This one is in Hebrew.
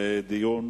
לדיון